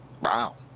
Wow